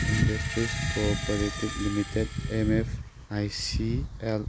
industries cooperative limited M F I C L